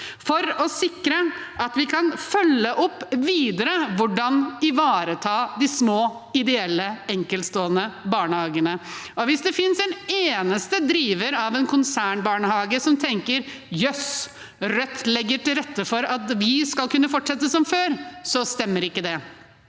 for å sikre at vi kan følge opp videre hvordan man skal ivareta de små, ideelle, enkeltstående barnehagene. Hvis det finnes en eneste driver av en konsernbarnehage som tenker jøss, Rødt legger til rette for at vi skal kunne fortsette som før, så stemmer ikke det.